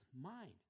mind